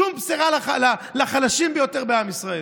שום בשורה לחלשים ביותר בעם ישראל.